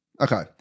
Okay